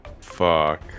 fuck